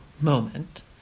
moment